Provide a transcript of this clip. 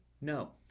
No